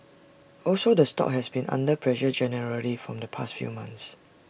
also the stock has been under pressure generally from the past few months